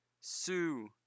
Sue